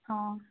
অঁ